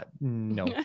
no